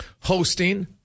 hosting